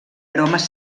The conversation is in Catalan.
aromes